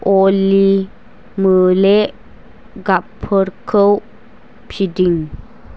अली मोले गाबफोरखौ फिदिं